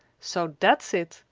so that's it!